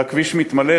והכביש מתמלא.